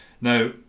Now